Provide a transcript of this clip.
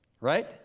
right